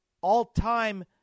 all-time